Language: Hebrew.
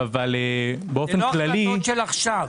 זה לא החלטות של עכשיו.